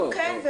כן,